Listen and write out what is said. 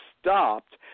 stopped